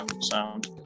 sound